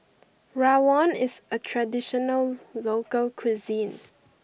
Rawon is a traditional local cuisine